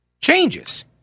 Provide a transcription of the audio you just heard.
changes